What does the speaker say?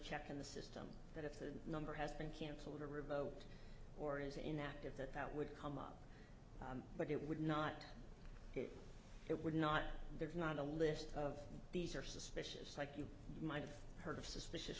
check in the system if the number has been canceled a revoked or is inactive that that would come up but it would not it would not there's not a list of these are suspicious like you might have heard of suspicious